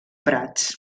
prats